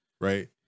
right